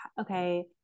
okay